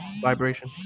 Vibration